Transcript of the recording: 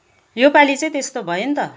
योपालि चाहिँ त्यस्तो भयो नि त